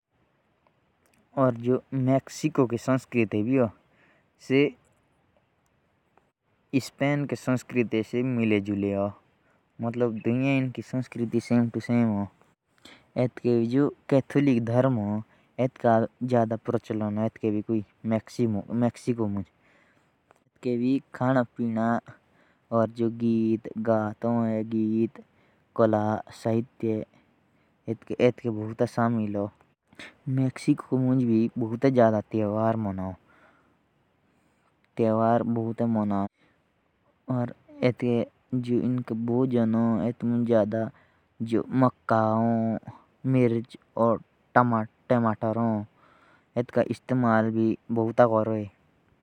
मेक्सिको की संस्कृति और इस्पेन की संस्कृति सेम है। और यहां भी ज्यादा त्योहारों पे ज्यादा ध्यान देते हैं।